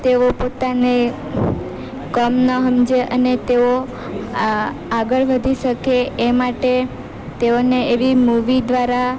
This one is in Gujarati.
તેઓ પોતાને કમ ના સમજે અને તેઓ આગળ વધી શકે એ માટે તેઓને એવી મૂવી દ્વારા